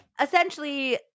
essentially